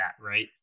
right